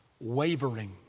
wavering